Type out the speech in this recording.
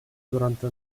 durante